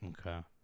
Okay